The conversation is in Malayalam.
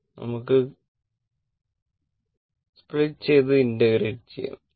ഇതിനെ നമുക്ക് സ്പ്ലിറ്റ് ചെയ്തു ഇന്റഗ്രേറ്റ് ചെയ്യാം